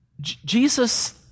Jesus